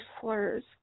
slurs